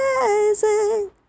amazing